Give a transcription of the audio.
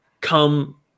Come